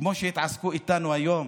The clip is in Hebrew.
כמו שהתעסקו איתנו היום,